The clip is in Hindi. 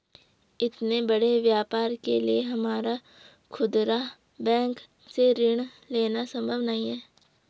इतने बड़े व्यापार के लिए हमारा खुदरा बैंक से ऋण लेना सम्भव नहीं है